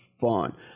fun